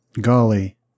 golly